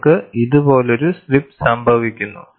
നിങ്ങൾക്ക് ഇതുപോലൊരു സ്ലിപ്പ് സംഭവിക്കുന്നു